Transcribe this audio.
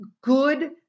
good